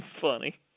funny